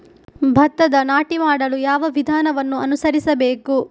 ಭತ್ತದ ನಾಟಿ ಮಾಡಲು ಯಾವ ವಿಧಾನವನ್ನು ಅನುಸರಿಸಬೇಕು?